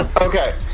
okay